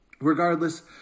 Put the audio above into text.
Regardless